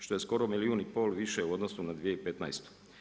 Što je skoro milijun i pol više u odnosu na 2015.